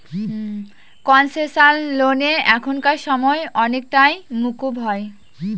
concessional লোনে এখানকার সময় অনেক টাকাই মকুব হয়